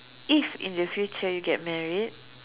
if in the future you get married